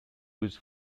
was